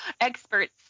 experts